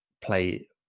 play